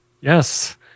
Yes